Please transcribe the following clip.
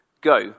Go